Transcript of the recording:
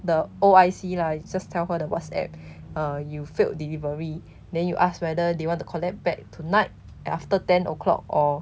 the O_I_C lah you just tell her the whatsapp uh you failed delivery then you ask whether they want to collect back tonight after ten o'clock or